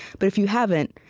but if you haven't,